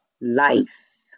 life